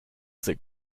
that